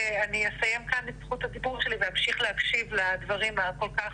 ואני אסיים כאן ואמשיך להקשיב לדברים הכל כך